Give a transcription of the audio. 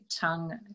tongue